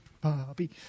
bobby